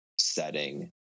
setting